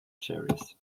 cherries